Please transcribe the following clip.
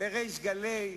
בריש גלי,